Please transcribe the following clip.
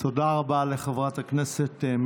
תודה רבה לשרה מיכאלי.